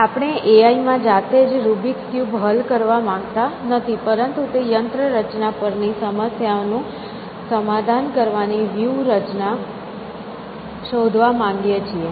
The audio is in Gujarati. આપણે એઆઈ માં જાતે જ રૂબિક્સ ક્યુબ હલ કરવા માંગતા નથી પરંતુ તે યંત્ર રચના પરની સમસ્યાનું સમાધાન કરવાની વ્યૂહ રચના શોધવા માંગીએ છીએ